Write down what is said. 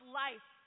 life